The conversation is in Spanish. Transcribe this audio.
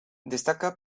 destaca